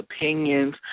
opinions